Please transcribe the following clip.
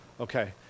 okay